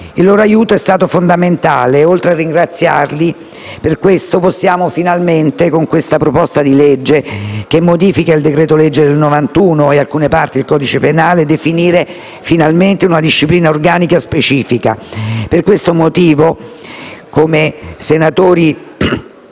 Il loro aiuto è stato fondamentale e, oltre a ringraziarli per questo, possiamo finalmente, con questa proposta di legge che modifica il decreto-legge del 1991 e alcune parti del codice penale, definire finalmente una disciplina organica specifica. Per questo motivo, come senatori